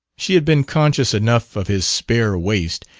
she had been conscious enough of his spare waist,